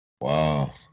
wow